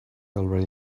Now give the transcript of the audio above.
already